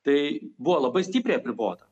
tai buvo labai stipriai apribota